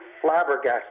flabbergasted